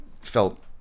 felt